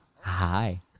Hi